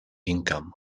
income